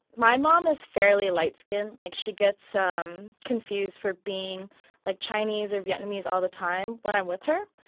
my mom is fairly light-skinned. like, she gets um confused for being like chinese or vietnamese all the time when i'm with her.